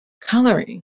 coloring